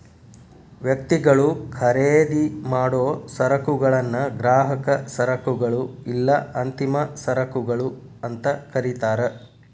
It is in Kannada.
ವ್ಯಕ್ತಿಗಳು ಖರೇದಿಮಾಡೊ ಸರಕುಗಳನ್ನ ಗ್ರಾಹಕ ಸರಕುಗಳು ಇಲ್ಲಾ ಅಂತಿಮ ಸರಕುಗಳು ಅಂತ ಕರಿತಾರ